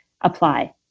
apply